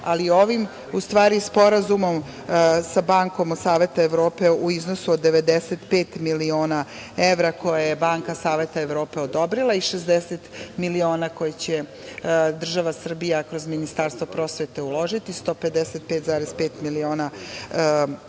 ali ovim sporazumom sa Bankom Saveta Evrope u iznosu od 95 miliona evra koje je Banka Saveta Evrope odobrila i 60 miliona koje će država Srbija kroz Ministarstvo prosvete uložiti, 155,5 miliona evra,